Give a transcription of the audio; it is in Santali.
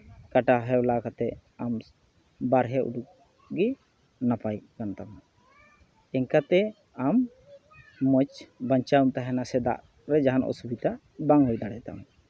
ᱠᱟᱴᱟ ᱦᱮᱣᱞᱟ ᱠᱟᱛᱮᱫ ᱟᱢ ᱵᱟᱨᱦᱮ ᱩᱰᱩᱠ ᱜᱮ ᱱᱟᱯᱟᱭ ᱠᱟᱱ ᱛᱟᱢᱟ ᱤᱝᱠᱟᱹ ᱛᱮ ᱟᱢ ᱢᱚᱡᱽ ᱵᱟᱧᱪᱟᱣᱮᱢ ᱛᱟᱦᱮᱱᱟ ᱥᱮ ᱫᱟᱜ ᱨᱮ ᱡᱟᱦᱟᱱ ᱚᱥᱩᱵᱤᱫᱟ ᱵᱟᱝ ᱦᱩᱭ ᱫᱟᱲᱮᱭᱟᱛᱟᱢᱟ